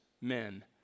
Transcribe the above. men